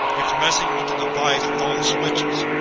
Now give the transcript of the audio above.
it's messing with the device with all the switches.